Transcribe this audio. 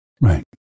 right